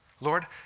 Lord